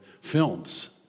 films